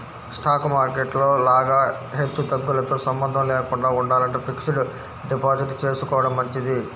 stock market లో లాగా హెచ్చుతగ్గులతో సంబంధం లేకుండా ఉండాలంటే ఫిక్స్డ్ డిపాజిట్ చేసుకోడం మంచిది